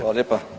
Hvala lijepa.